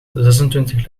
zesentwintig